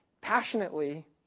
passionately